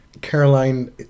Caroline